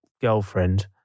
girlfriend